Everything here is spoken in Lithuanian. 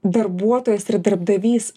darbuotojas ir darbdavys